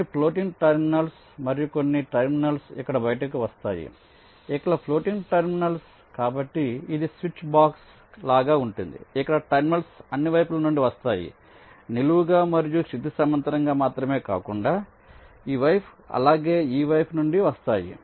కొన్ని floating terminals మరియు కొన్ని టెర్మినల్స్ ఇక్కడ బయటకు వస్తాయి ఇక్కడ ఫ్లోటింగ్ టెర్మినల్స్ floating terminals కాబట్టి ఇది స్విచ్ బాక్స్ లాగా ఉంటుంది ఇక్కడ టెర్మినల్స్ అన్ని వైపుల నుండి వస్తాయి నిలువుగా మరియు క్షితిజ సమాంతరంగా మాత్రమే కాకుండా ఈ వైపు అలాగే ఈ వైపు నుండి వస్తాయి